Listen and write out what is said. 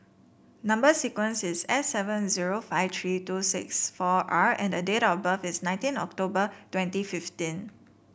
number sequence is S seven zero five three two six four R and date of birth is nineteen October twenty fifteen